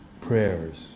prayers